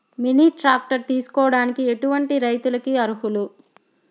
Mini tractor తీసుకోవడానికి ఎటువంటి రైతులకి అర్హులు?